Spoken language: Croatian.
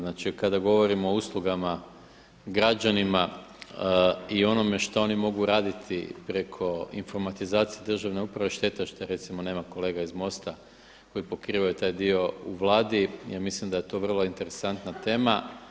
Znači kada govorim o uslugama građanima i onome šta oni mogu raditi preko informatizacije državne uprave, šteta je recimo što nema kolega iz MOST-a koji pokrivaju taj dio u Vladi i ja mislim da je to vrlo interesantna tema.